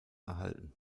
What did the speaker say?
erhalten